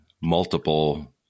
multiple